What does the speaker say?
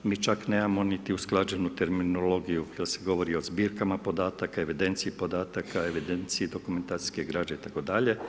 Mi čak nemamo niti usklađenu terminologiju jel' se govori o zbirkama podataka, evidenciji podataka, evidenciji dokumentacijske građe itd.